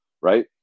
right